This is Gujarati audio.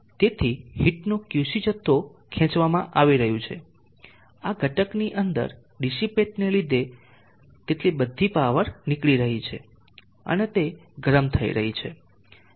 તેથી હીટનું QC જથ્થો ખેંચવામાં આવી રહ્યું છે આ ઘટકની અંદર ડીસીપેટ ને લીધે તેટલી બધી પાવર નીકળી રહી છે અને તે ગરમ થઈ રહી છે